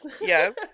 Yes